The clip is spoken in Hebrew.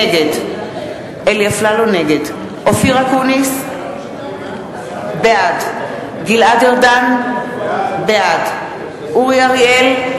נגד אופיר אקוניס, בעד גלעד ארדן, בעד אורי אריאל,